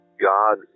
God